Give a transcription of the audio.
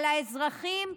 על האזרחים,